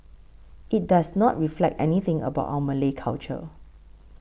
it does not reflect anything about our Malay culture